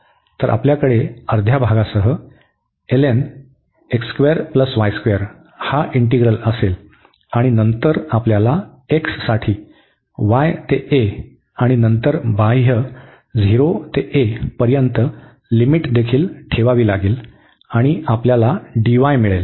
तर आपल्याकडे अर्ध्या भागासह हा इंटीग्रल असेल आणि नंतर आपल्याला x साठी y ते a आणि नंतर बाह्य 0 ते a पर्यंत लिमिट देखील ठेवावी लागेल आणि आपल्याला dy मिळेल